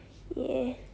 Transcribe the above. ya